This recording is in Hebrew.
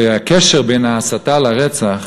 והקשר בין ההסתה לרצח,